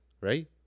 right